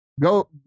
Go